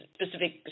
specific